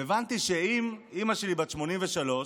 והבנתי שאם אימא שלי, בת 83,